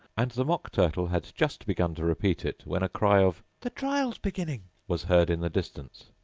and the mock turtle had just begun to repeat it, when a cry of the trial's beginning was heard in the distance.